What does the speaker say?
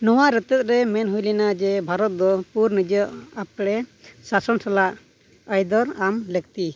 ᱱᱚᱣᱟ ᱨᱮᱛᱮᱫᱨᱮ ᱢᱮᱱ ᱦᱩᱭᱞᱮᱱᱟ ᱡᱮ ᱵᱷᱟᱨᱚᱛ ᱫᱚ ᱯᱩᱨᱟᱹ ᱱᱤᱡᱮ ᱟᱯᱲᱮ ᱥᱟᱥᱚᱱ ᱥᱟᱞᱟᱜ ᱟᱹᱭᱫᱟᱹᱨ ᱮᱢ ᱞᱟᱹᱠᱛᱤ